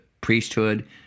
priesthood